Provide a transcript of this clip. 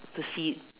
to see it